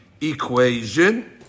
equation